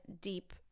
deep